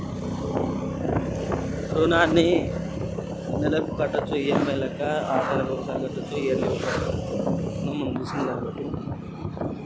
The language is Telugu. సార్ రుణాన్ని మళ్ళా ఈ విధంగా కట్టచ్చా?